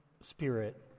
spirit